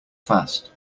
fast